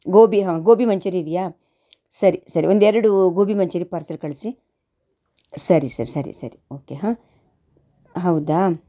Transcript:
ಗೋಭಿ ಹಾಂ ಗೋಭಿ ಮಂಚೂರಿ ಇದೆಯಾ ಸರಿ ಸರಿ ಒಂದೆರಡು ಗೋಭಿ ಮಂಚೂರಿ ಪಾರ್ಸಲ್ ಕಳಿಸಿ ಸರಿ ಸರ್ ಸರಿ ಸರಿ ಓಕೆ ಹಾಂ ಹೌದಾ